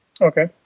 Okay